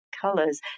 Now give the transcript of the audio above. colors